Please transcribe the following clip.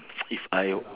if I will